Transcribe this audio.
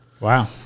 Wow